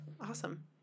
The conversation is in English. Awesome